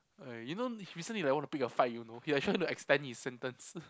I you know he recently like want to pick a fight you know he like trying to extend his sentence